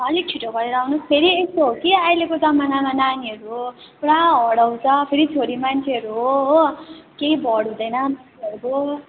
अलिक छिटो गरेर आउनुहोस् फेरि यस्तो हो कि अहिलेको जमानामा नानीहरू हो पुरा हराउँछ फेरि छोरी मान्छेहरू हो हो केही भर हुँदैन मान्छेहरूको